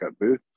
booth